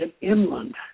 inland